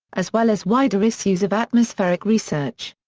as well as wider issues of atmospheric research.